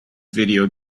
video